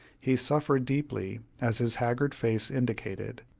he suffered deeply, as his haggard face indicated,